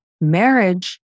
marriage